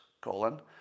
colon